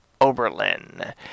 Oberlin